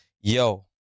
yo